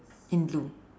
in blue